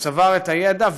שצבר את הידע,